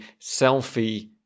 selfie